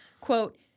quote